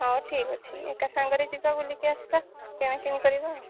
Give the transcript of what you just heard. ହଉ ଠିକଅଛି ଏକା ସାଙ୍ଗରେ ଯିବା ବୁଲିକି ଆସିବା କିଣାକିଣି କରିବା ଆଉ